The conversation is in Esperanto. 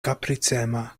kapricema